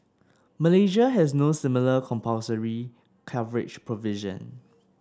Malaysia has no similar compulsory coverage provision